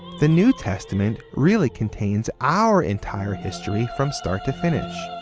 the new testament really contains our entire history from start to finish.